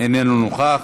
איננו נוכח,